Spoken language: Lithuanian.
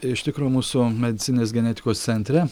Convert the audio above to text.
iš tikro mūsų medicininės genetikos centre